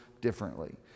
differently